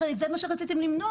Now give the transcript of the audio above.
הרי זה מה שרוצים למנוע.